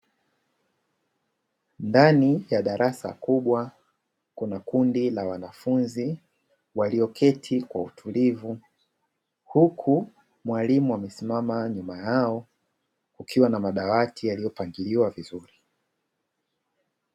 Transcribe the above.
Ndani ya darasa kubwa kuna kundi la wanafunzi walioketi kwa utulivu, huku mwalimu amesimama nyuma yao kukiwa na madawati yaliyo pangiliwa vizuri.